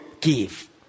give